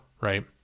Right